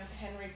Henry